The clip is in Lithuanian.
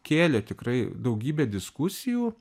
kėlė tikrai daugybę diskusijų